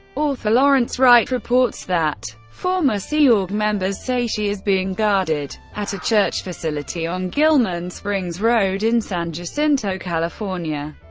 author lawrence wright reports that former sea org members say she is being guarded at a church facility on gilman springs road in san jacinto, california.